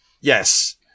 Yes